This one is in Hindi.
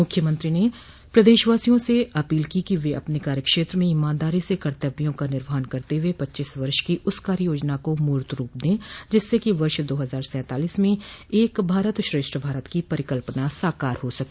मुख्यमंत्री ने प्रदेशवासियों से अपील की कि वह अपने कार्यक्षेत्र में ईमानदारी से कर्तव्यों का निर्वहन करते हुए पच्चीस वर्ष की उस कार्ययोजना को मूर्त रूप दें जिससे कि वर्ष दो हजार सैतालीस में एक भारत श्रेष्ठ भारत की परिकल्पना साकार हो सके